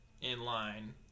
in-line